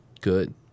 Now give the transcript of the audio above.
Good